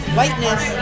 whiteness